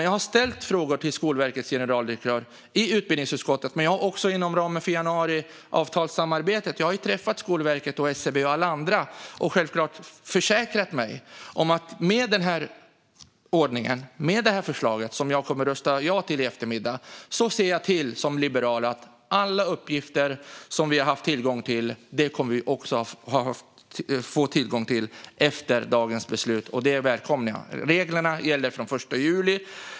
Jag har ställt frågor till Skolverkets generaldirektör i utbildningsutskottet, men jag har också inom ramen för januariavtalssamarbetet träffat representanter för Skolverket och SCB och självklart försäkrat mig om att med den här ordningen, med det förslag som jag kommer att rösta ja till i eftermiddag, kommer alla uppgifter som vi har haft tillgång till också att vara tillgängliga efter dagens beslut. Det välkomnar jag. Reglerna gäller från den 1 juli.